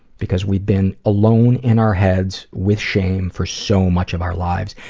because we've been alone in our heads, with shame, for so much of our lives.